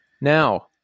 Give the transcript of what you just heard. Now